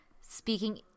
speaking